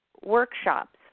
workshops